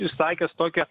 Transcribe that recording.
išsakęs tokią